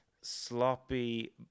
sloppy